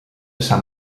sant